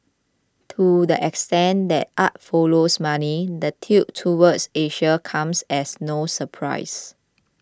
to the extent that art follows money the tilt toward Asia comes as no surprise